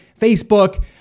Facebook